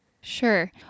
Sure